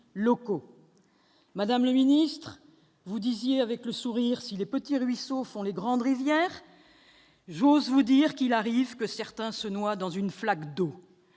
Madame la ministre, vous disiez avec le sourire que les petits ruisseaux faisaient les grandes rivières ; j'ose vous dire qu'il arrive que certains se noient dans une flaque d'eau